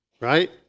Right